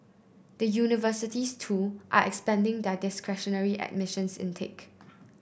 the universities too are expanding their discretionary admissions intake